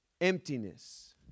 emptiness